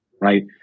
Right